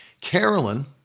Carolyn